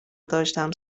داشتم